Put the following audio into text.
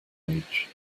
age